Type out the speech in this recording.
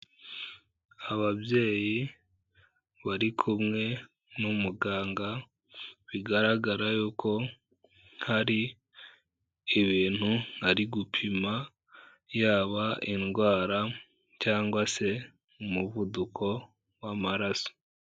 Ababyeyi bari kumwe n'umuganga bigaragara yuko hari ibintu ari gupima, yaba indwara cyangwa se umuvuduko w'amaraso.